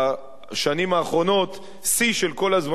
בשנים האחרונות ייצרנו פה שיא של כל הזמנים,